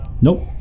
Nope